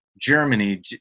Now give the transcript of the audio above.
Germany